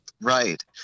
Right